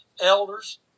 elders